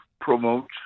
promote